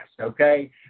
Okay